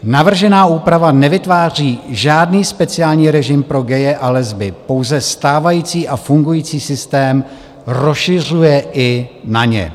Navržená úprava nevytváří žádný speciální režim pro gaye a lesby, pouze stávající fungující systém rozšiřuje i na ně.